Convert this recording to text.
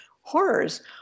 Horrors